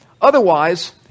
Otherwise